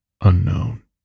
unknown